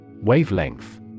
Wavelength